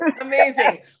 amazing